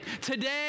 Today